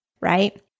right